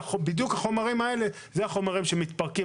בדיוק החומרים האלה הם החומרים שמתפרקים